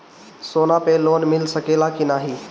सोना पे लोन मिल सकेला की नाहीं?